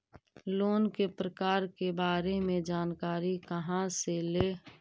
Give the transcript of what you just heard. Loan के प्रकार के बारे मे जानकारी कहा से ले?